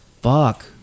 Fuck